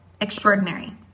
Extraordinary